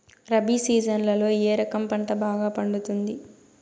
రబి సీజన్లలో ఏ రకం పంట బాగా పండుతుంది